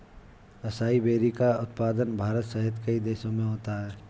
acai berry का उत्पादन भारत सहित कई देशों में होता है